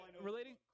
relating